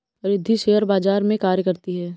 Riddhi share बाजार में कार्य करती है